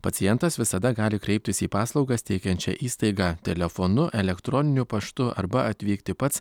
pacientas visada gali kreiptis į paslaugas teikiančią įstaigą telefonu elektroniniu paštu arba atvykti pats